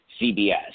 CBS